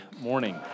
morning